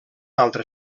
altre